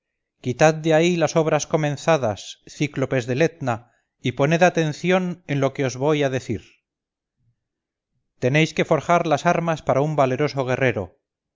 quitad de ahí las obras comenzadas cíclopes del etna y poned atención en lo que os voy a decir tenéis que forjar las armas para un valeroso guerrero